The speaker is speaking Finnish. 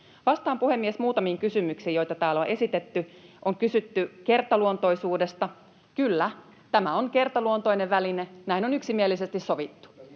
Vastaan, puhemies, muutamiin kysymyksiin, joita täällä on esitetty. On kysytty kertaluontoisuudesta. — Kyllä, tämä on kertaluontoinen väline, näin on yksimielisesti sovittu.